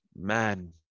man